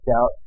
out